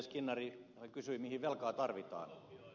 skinnari kysyi mihin velkaa tarvitaan